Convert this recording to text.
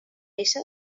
aquestes